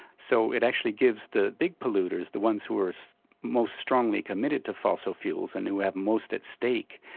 so it actually gives the big polluters, the ones who are so most strongly committed to fossil fuels and who have most at stake,